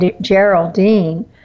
Geraldine